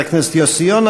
לחבר הכנסת יוסי יונה.